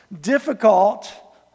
difficult